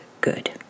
good